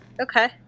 Okay